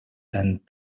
and